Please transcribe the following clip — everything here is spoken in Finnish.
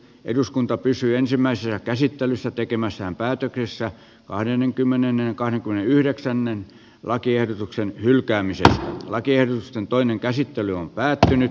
eduskunta pysyi ensimmäisenä käsittelyssä tekemässään päätetyssä kahdennenkymmenennenkaan kun yhdeksännen lakiehdotuksen hylkäämiseen rakennusten toinen käsittely sitten hyväksyy